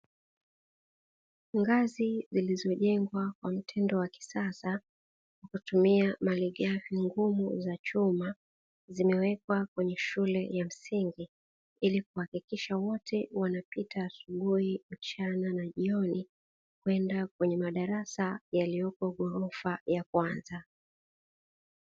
Ngazi zilizojengwa kwa mtindo wa kisasa kwa kutumia malighafi nguvu za chuma; zimewekwa kwenye shule ya msingi ili kuhakikisha wote wanapita asubuhi, mchana na jioni; kwenda kwenye madarasa yaliyoko gorofa ya kwanza.